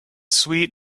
sweet